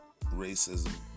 racism